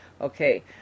Okay